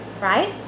right